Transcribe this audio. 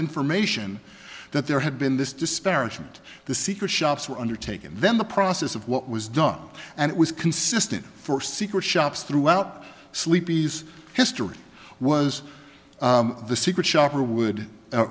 information that there had been this disparagement the secret shops were undertaken then the process of what was done and it was consistent for secret shops throughout sleepy's history was the secret shopper would